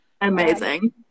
Amazing